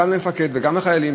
גם למפקד וגם לחיילים,